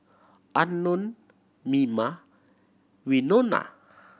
Unknown Mima Winona